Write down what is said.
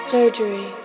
Surgery